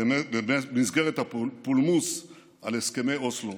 במסגרת הפולמוס על הסכמי אוסלו,